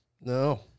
No